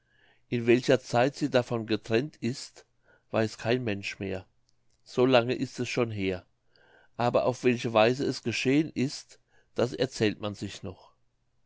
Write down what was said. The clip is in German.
in welcher zeit sie davon getrennt ist weiß kein mensch mehr so lange ist es schon her aber auf welche weise es geschehen ist das erzählt man sich noch